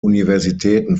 universitäten